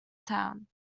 town